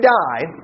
die